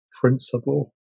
principle